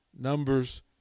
numbers